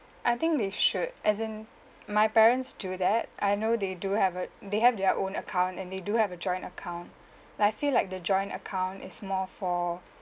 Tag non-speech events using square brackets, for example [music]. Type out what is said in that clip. I think they should as in my parents do that I know they do have a they have their own account and they do have a joint account [breath] like I feel like the joint account is more for